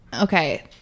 Okay